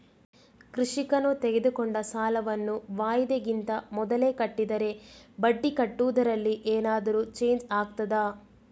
ಕೃಷಿಕನು ತೆಗೆದುಕೊಂಡ ಸಾಲವನ್ನು ವಾಯಿದೆಗಿಂತ ಮೊದಲೇ ಕಟ್ಟಿದರೆ ಬಡ್ಡಿ ಕಟ್ಟುವುದರಲ್ಲಿ ಏನಾದರೂ ಚೇಂಜ್ ಆಗ್ತದಾ?